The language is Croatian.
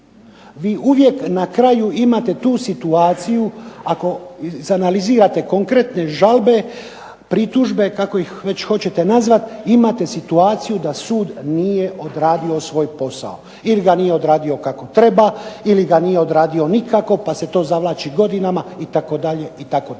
Vi uvijek na kraju imate tu situaciju kada izanalizirate određene žalbe, pritužbe kako ih hoćete nazvati, imate situaciju da sud nije odradio svoj posao. Ili ga nije odradio kako treba, ili ga nije odradio nikako pa se to zavlači godinama itd. A